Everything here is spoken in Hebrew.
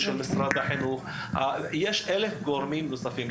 משרד החינוך ויש עוד 1,000 גורמים נוספים.